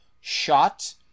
shot